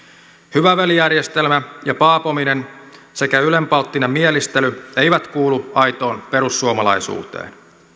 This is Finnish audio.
hyvä veli järjestelmä ja paapominen sekä ylenpalttinen mielistely eivät kuulu aitoon perussuomalaisuuteen